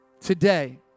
today